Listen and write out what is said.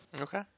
Okay